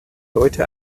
leute